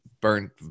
burnt